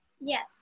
Yes